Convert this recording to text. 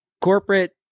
corporate